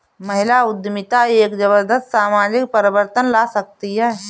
महिला उद्यमिता एक जबरदस्त सामाजिक परिवर्तन ला सकती है